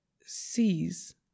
sees